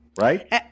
Right